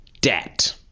Debt